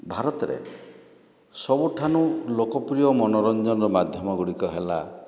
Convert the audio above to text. ଭାରତରେ ସବୁଠାନୁ ଲୋକପ୍ରିୟ ମନୋରଞ୍ଜନ ର ମାଧ୍ୟମ ଗୁଡ଼ିକ ହେଲା